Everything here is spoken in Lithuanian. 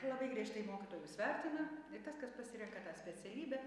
labai griežtai mokytojus vertina ir tas kas pasirenka tą specialybę